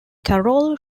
carole